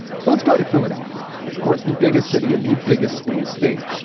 so let's go to philadelphia. of course, the biggest city and the biggest swing state.